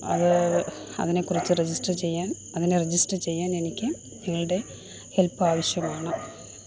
അത് അതിനെ കുറിച്ച് റജിസ്റ്റർ ചെയ്യാൻ അങ്ങനെ റെജിസ്റ്റർ ചെയ്യാനെനിക്ക് നിങ്ങളുടെ ഹെൽപ്പ് ആവശ്യമാണ്